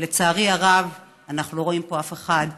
ולצערי הרב אנחנו לא רואים פה אף אחד מהממשלה.